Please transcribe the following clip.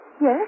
Yes